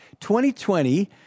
2020